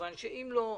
אם לא,